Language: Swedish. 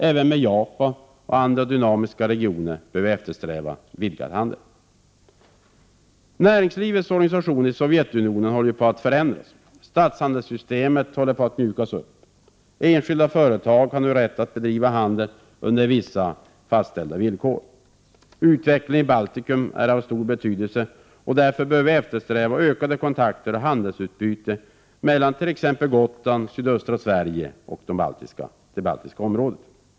Även med Japan och andra dynamiska regioner bör vi eftersträva en utvidgad handel. Näringslivets organisation i Sovjetunionen håller på att förändras. Statshandelssystemet håller på att mjukas upp. Enskilda företag har nu rätt att bedriva handel under vissa fastställda villkor. Utvecklingen i Baltikum är av stor betydelse. Därför bör vi eftersträva ökade kontakter och handelsutbyten mellan t.ex. Gotland, sydöstra Sverige och det baltiska området.